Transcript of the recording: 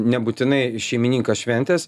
nebūtinai šeimininkas šventės